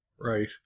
Right